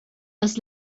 aus